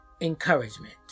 encouragement